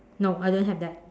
no I don't have that